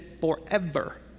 forever